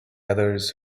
others